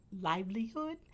livelihood